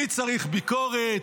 מי צריך ביקורת?